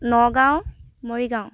Nagaon Morigaon